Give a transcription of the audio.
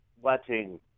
watching